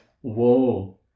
Whoa